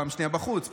פעם שנייה בחוץ,